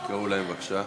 תקראו להם בבקשה.